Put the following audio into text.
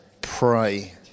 pray